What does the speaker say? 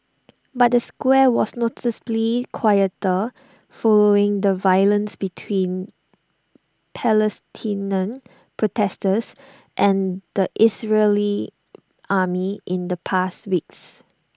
but the square was noticeably quieter following the violence between Palestinian protesters and the Israeli army in the past weeks